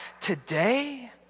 today